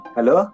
Hello